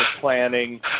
planning